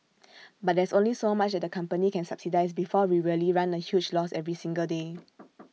but there's only so much that the company can subsidise before we really run A huge loss every single day